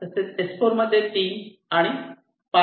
तसेच S4 मध्ये 3 आणि 5 आहे